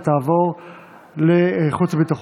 ותעבור לחוץ וביטחון.